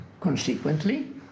Consequently